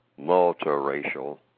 multiracial